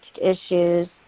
issues